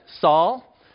Saul